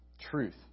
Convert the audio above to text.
Truth